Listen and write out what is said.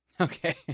Okay